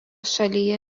šalyje